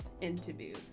interview